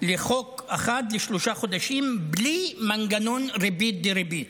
לחוב אחד לשלושה חודשים בלי מנגנון ריבית-דריבית.